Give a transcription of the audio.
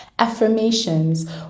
affirmations